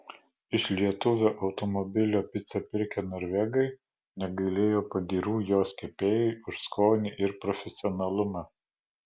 iš lietuvio automobilio picą pirkę norvegai negailėjo pagyrų jos kepėjui už skonį ir profesionalumą